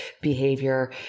behavior